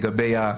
כן.